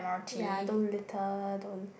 ya don't litter don't